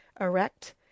erect